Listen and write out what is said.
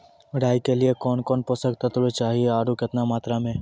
राई के लिए कौन कौन पोसक तत्व चाहिए आरु केतना मात्रा मे?